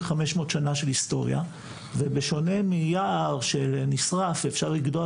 500 שנה של היסטוריה ובשונה מיער שנשרף ואפשר לגדוע